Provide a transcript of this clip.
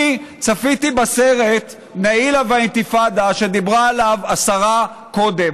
אני צפיתי בסרט "נאילה והאינתיפאדה" שדיברה עליו השרה קודם.